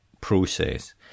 process